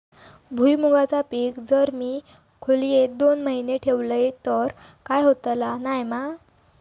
भुईमूगाचा पीक जर मी खोलेत दोन महिने ठेवलंय तर काय होतला नाय ना?